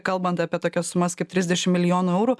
kalbant apie tokias sumas kaip trisdešim milijonų eurų